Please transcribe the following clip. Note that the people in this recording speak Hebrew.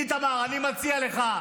איתמר, אני מציע לך,